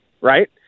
right